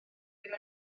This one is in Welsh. ddim